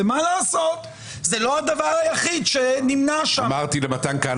ומה לעשות שזה לא הדבר היחיד שנמנה שם.